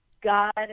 God